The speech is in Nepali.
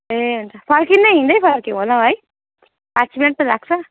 ए हुन्छ फर्किँदा हिँड्दै फर्किऔँ होला है पाँच मिनट त लाग्छ